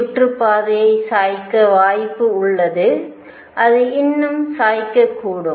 சுற்றுப்பாதையை சாய்க்க வாய்ப்பு உள்ளது அது இன்னும் சாய்ந்திருக்கக்கூடும்